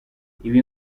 ibi